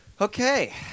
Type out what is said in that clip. Okay